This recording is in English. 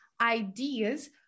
ideas